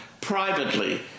privately